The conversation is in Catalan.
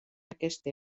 aquesta